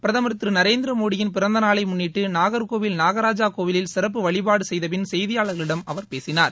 பிரதமர் திரு நரேந்திரமோடியின் பிறந்த நாளை முன்னிட்டு நாகர்கோவில் நாகராஜாகோவிலில் சிறப்பு வழிபாடு செய்த பின் செய்தியாளர்களிடம் அவர் பேசினார்